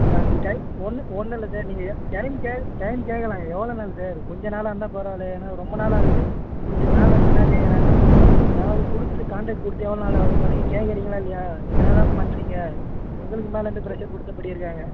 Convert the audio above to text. நீங்கள் அப்படி டை ஒன்றும் ஒன்னுமில்ல சார் நீங்கள் டைம் கேட்கலாம் டைம் கேட்லாம் எவ்வளோ நாள் சார் கொஞ்ச நாளாக இருந்தால் பரவாயில்லை ஏன்னால் ரொம்பநாள் ஆகுது கொடுத்து மேலிருந்து என்ன கேட்கறாங்கன்னா அதாவது கொடுத்து கான்ட்ரெக்ட் கொடுத்து எவ்வளோ நாள் ஆகுதுப்பா நீங்கள் கேட்கறீங்களா இல்லையா நீங்கள் என்னதான் பண்ணுறீங்க உங்களுக்கு மேலிருந்து ப்ரெஷ்ஷர் கொடுத்தப்படி இருக்காங்க